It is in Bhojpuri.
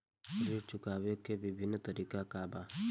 ऋण चुकावे के विभिन्न तरीका का बा?